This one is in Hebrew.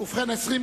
ברכה לא נתקבלה.